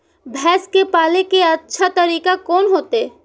भैंस के पाले के अच्छा तरीका कोन होते?